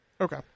Okay